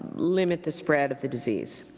limit the spread of the disease.